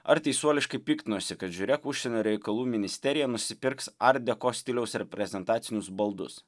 ar teisuoliškai piktinosi kad žiūrėk užsienio reikalų ministerija nusipirks art deko stiliaus reprezentacinius baldus